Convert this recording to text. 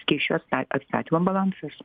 skysčio atsta atstatymo balansas